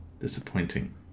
disappointing